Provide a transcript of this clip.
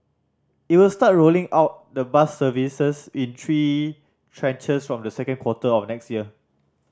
it will start rolling out the bus services in three tranches from the second quarter of next year